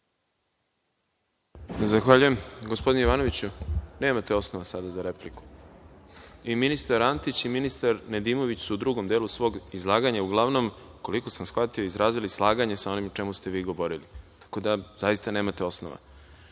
Replika.)Gospodine Jovanoviću, nemate osnova sada za repliku. I ministar Antić i ministar Nedimović su u drugom delu svog izlaganja, uglavnom, kolik sam shvatio izrazili slaganje sa onim o čemu ste vi govorili. Tako da zaista nemate